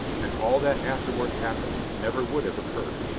and all that afterward happened never would have occurred.